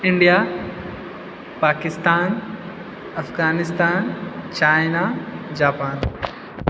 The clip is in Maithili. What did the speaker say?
India Pakistan Afghanistan China Japan